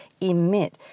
emit